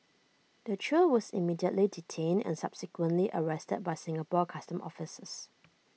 the trio was immediately detained and subsequently arrested by Singapore Customs officers